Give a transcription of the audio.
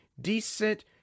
decent